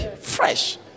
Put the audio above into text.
fresh